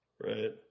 Right